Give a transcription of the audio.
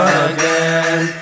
again